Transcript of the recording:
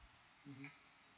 mmhmm